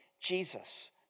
Jesus